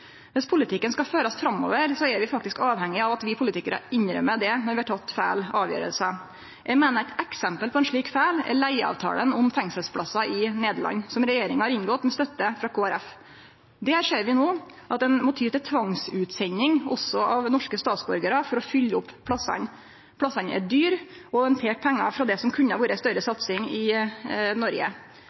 Viss politikken skal førast framover, er vi faktisk avhengige av at vi politikarar innrømmer det når vi har teke feil avgjerder. Eg meiner eit eksempel på ein slik feil er leigeavtalen om fengselsplassar i Nederland, som regjeringa har inngått med støtte frå Kristeleg Folkeparti. Der ser vi no at ein må ty til tvangsutsending også av norske statsborgarar for å fylle opp plassane. Plassane er dyre, og ein tek pengar frå det som kunne ha vore ei større satsing i Noreg.